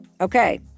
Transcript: Okay